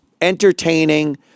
entertaining